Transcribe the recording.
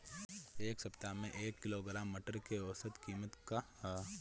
एक सप्ताह एक किलोग्राम मटर के औसत कीमत का ह?